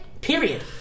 period